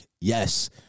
Yes